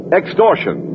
extortion